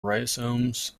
rhizomes